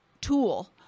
tool